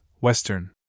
Western